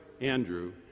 Andrew